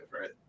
right